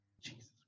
Jesus